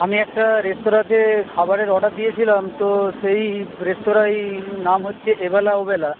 আমি একটা রেস্তোরাঁতে খাবারের অর্ডার দিয়েছিলাম তো সেই রেস্তোরাঁয় নাম হচ্ছে এবেলা ওবেলা